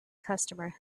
customer